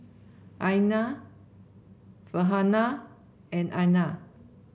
Aina Farhanah and Aina